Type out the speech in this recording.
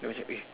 dia macam eh